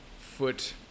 foot